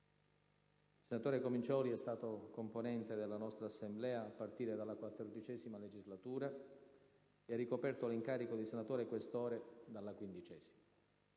Il senatore Comincioli è stato componente della nostra Assemblea a partire dalla XIV legislatura, e ha ricoperto l'incarico di senatore Questore dalla XV.